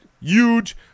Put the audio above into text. huge